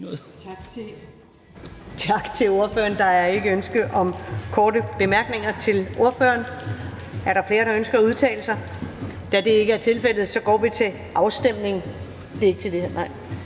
Tak til ordføreren. Der er ikke ønske om korte bemærkninger til ordføreren. Er der flere, der ønsker at udtale sig? Da det ikke er tilfældet, går vi til afstemning. Kl. 14:37 Afstemning